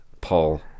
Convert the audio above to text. Paul